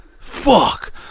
fuck